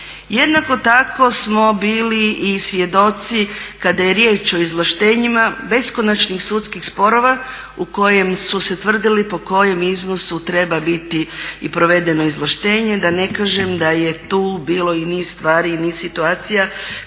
Jednako tako smo bili i svjedoci kada je riječ o izvlaštenjima beskonačnih sudskih sporova u kojem su se tvrdili po kojem iznosu treba biti i provedeno izvlaštenje da ne kažem da je tu bilo i niz stvari i niz situacija